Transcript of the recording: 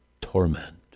torment